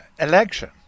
election